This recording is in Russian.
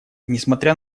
несмотря